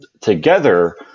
together